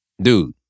Dude